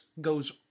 goes